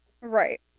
right